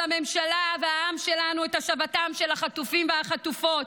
הממשלה והעם שלנו את השבתם של החטופים והחטופות,